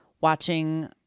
watching